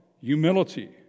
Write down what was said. humility